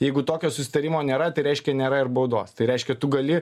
jeigu tokio susitarimo nėra tai reiškia nėra ir baudos tai reiškia tu gali